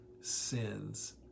sins